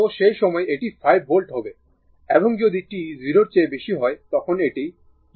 তো সেই সময় এটি 5 ভোল্ট হবে এবং যদি t 0 এর বেশি হয় তখন এটি u iS1 হবে